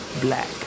black